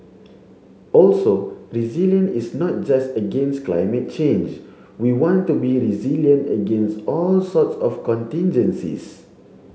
also resilience is not just against climate change we want to be resilient against all sorts of contigencies